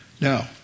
No